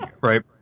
right